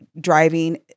driving